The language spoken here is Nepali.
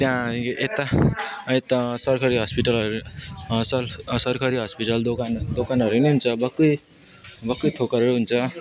त्यहाँ यता यता सरकारी हस्पिटलहरू सर् सरकारी हस्पिटल दोकान दोकानहरू नि हुन्छ भक्कु भक्कु थोकहरू हुन्छ